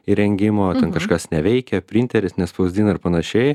įrengimo kažkas neveikia printeris nespausdina ir panašiai